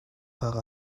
par